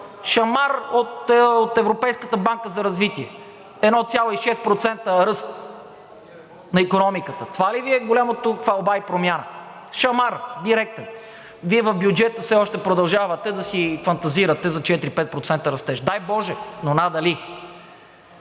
Шамар от Европейската банка за развитие – 1,6% ръст на икономиката, това ли Ви е голямата хвалба и промяна? Шамар. Директен. Вие в бюджета все още продължавате да си фантазирате за 4 – 5% растеж. Дай боже, но надали.